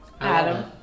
Adam